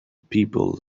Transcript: people